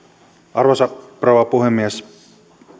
arvoisa rouva puhemies